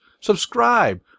subscribe